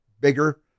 bigger